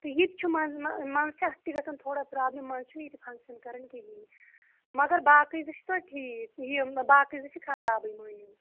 تہٕ یِتہِ چھُ مَنٛزٕ مَنٛزٕ چھِ یَتھ تہِ گَژھان تھوڑا پرابلٕم مَنٛزٕ چھُنہٕ یِتہِ فَنگشَن کَران کِہیٖنۍ مگر باقٕے زٕ چھِ تۄتہِ ٹھیٖک یہِ باقٕے زٕ چھِ خرابی مٲنیو